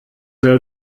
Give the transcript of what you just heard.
sehr